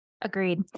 Agreed